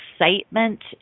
excitement